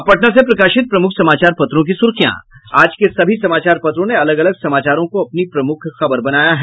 अब पटना से प्रकाशित प्रमुख समाचार पत्रों की सुर्खियां आज के सभी समाचार पत्रों ने अलग अलग समाचारों को अपनी प्रमुख खबर बनाया है